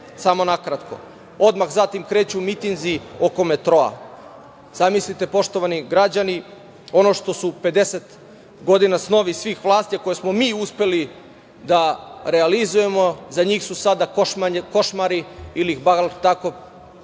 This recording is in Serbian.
samo na kratko. Odmah zatim kreću mitinzi oko metroa. Zamislite, poštovani građani, ono što su pedeset godina snovi svih vlasti, a koje smo mi uspeli da realizujemo, za njih su sada košmari ili ih bar tako